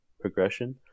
progression